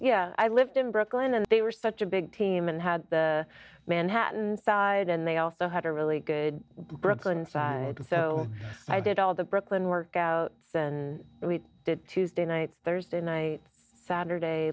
yeah i lived in brooklyn and they were such a big team and had the manhattan side and they also had a really good brooklyn side so i did all the brooklyn workouts and we did tuesday nights thursday night saturday